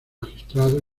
magistrado